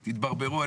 תתברברו.